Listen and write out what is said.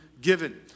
given